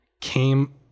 came